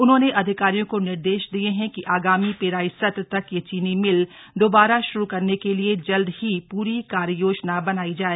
उन्होंने अधिकारियों को निर्देश दिये है कि आगामी पेराई सत्र तक यह चीनी मिल दुबारा शुरू करने के लिए जल्द ही पूरी कार्य योजना बनाई जाए